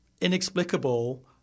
inexplicable